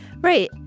Right